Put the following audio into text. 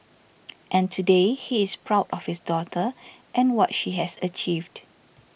and today he is proud of his daughter and what she has achieved